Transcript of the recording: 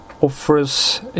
offers